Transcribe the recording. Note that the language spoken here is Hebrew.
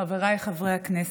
חבריי חברי הכנסת,